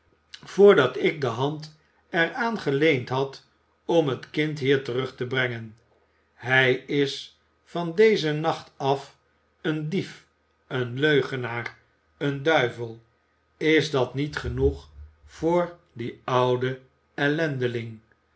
voordat ik de hand er aan geleend had om het kind hier terug te brengen hij is van dezen nacht af een dief een leugenaar een duivel is dat niet genoeg voor dien ouden